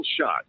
shot